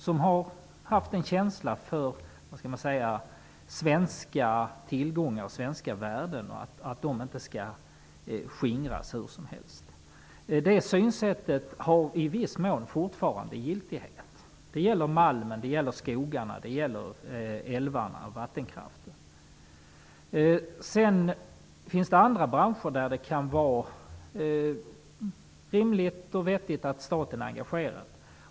De har haft en känsla för svenska tillgångar och svenska värden och för att de inte skall skingras hur som helst. Det synsättet har i viss mån fortfarande giltighet. Det gäller malmen, skogarna, älvarna och vattenkraften. Det finns även andra branscher där det är rimligt och vettigt att staten är engagerad.